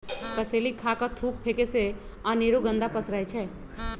कसेलि खा कऽ थूक फेके से अनेरो गंदा पसरै छै